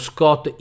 Scott